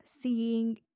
seeing